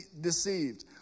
deceived